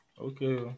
Okay